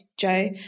Joe